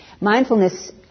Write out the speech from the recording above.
Mindfulness